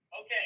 Okay